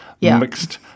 mixed